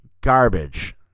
garbage